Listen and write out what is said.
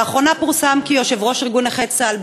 לאחרונה פורסם כי יושב-ראש ארגון נכי צה"ל,